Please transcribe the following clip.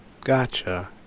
gotcha